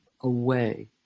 away